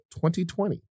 2020